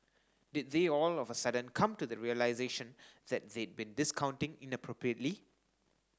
did they all of a sudden come to the realisation that they'd been discounting inappropriately